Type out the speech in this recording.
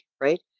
right